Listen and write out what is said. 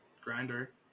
Grinder